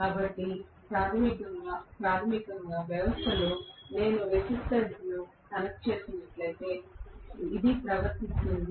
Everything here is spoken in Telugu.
కాబట్టి ప్రాథమికంగా వ్యవస్థలో నేను రెసిస్టెన్స్ ను కనెక్ట్ చేసినట్లుగా ఇది ప్రవర్తిస్తుంది